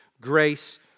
grace